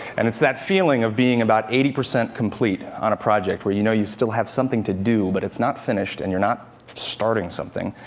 and it's that feeling of being about eighty percent complete on a project where you know you still have something to do, but it's not finished, and you're not starting something